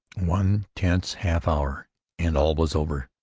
one tense half-hour and all was over,